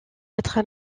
être